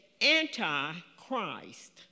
anti-Christ